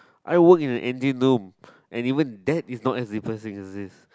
I won't in an engine room and even that is not as depressing as this